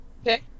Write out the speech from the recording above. Okay